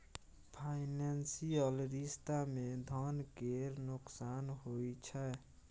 financial रिश्ता मे धन केर नोकसान होइ छै